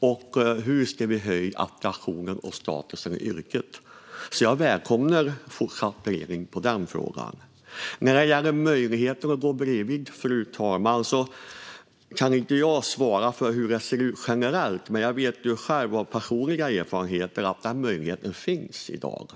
och hur vi ska höja attraktiviteten och statusen i yrket. Jag välkomnar fortsatt beredning av den frågan. Fru talman! När det gäller möjligheten att gå bredvid kan inte jag svara för hur det ser ut generellt. Men jag vet själv av personliga erfarenheter att den möjligheten finns i dag.